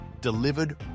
delivered